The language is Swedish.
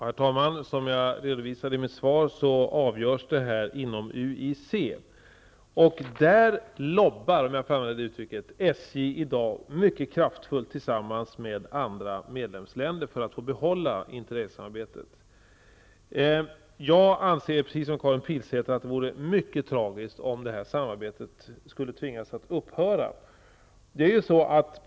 Herr talman! Som jag redovisade i mitt svar avgörs detta inom UIC. Där ''lobbar'' SJ, om jag får använda uttrycket, mycket kraftfullt tillsammans med andra medlemmar för att få behålla interrailsamarbetet. Jag anser, precis som Karin Pilsäter, att det vore mycket tragiskt om det här samarbetet skulle tvingas upphöra.